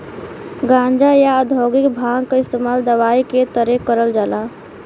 गांजा, या औद्योगिक भांग क इस्तेमाल दवाई के तरे करल जाला